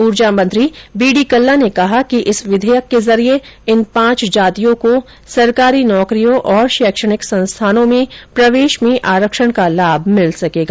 ऊर्जा मंत्री बीडी कल्ला ने कहा कि इस विधेयक के जरिये इन पांच जातियों को सरकारी नौकरियों और शैक्षणिक संस्थाओं में प्रवेश में आरक्षण का लाभ मिल सकेगा